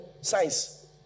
Science